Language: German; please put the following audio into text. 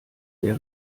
der